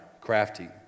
crafty